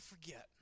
forget